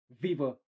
Viva